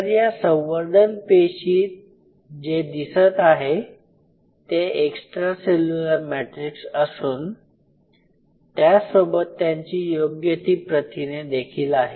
तर या संवर्धन पेशी जे दिसत आहे ते एक्स्ट्रा सेल्युलर मॅट्रिक्स असून त्यासोबत त्यांची योग्य ती प्रथिने देखील आहेत